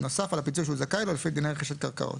נוסף על הפיצוי שהוא זכאי לו לפי דיני רכישת קרקעות,